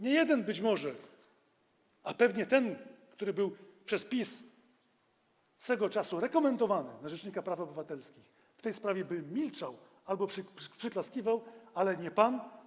Niejeden być może, a i pewnie ten, kto był przez PiS swego czasu rekomendowany na rzecznika praw obywatelskich, w tej sprawie by milczał albo przyklaskiwał, ale nie pan.